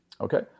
Okay